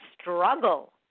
struggle